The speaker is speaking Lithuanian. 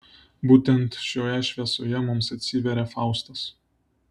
būtent šioje šviesoje mums atsiveria faustas